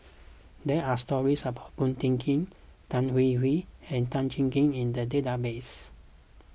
there are stories about Ko Teck Kin Tan Hwee Hwee and Tan Cheng Kee in the database